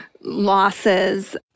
losses